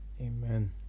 Amen